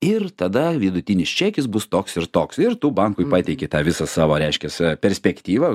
ir tada vidutinis čekis bus toks ir toks ir tu bankui pateiki tą visą savo reiškias perspektyvą